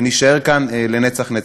ונישאר כאן לנצח נצחים.